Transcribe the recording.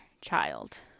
child